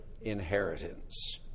inheritance